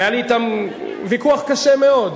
היה לי אתם ויכוח קשה מאוד.